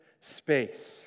space